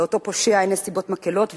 לאותו פושע אין נסיבות מקילות,